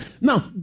Now